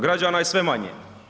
Građana je sve manje.